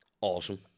Awesome